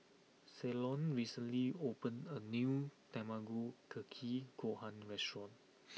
Ceylon recently opened a new Tamago Kake Gohan restaurant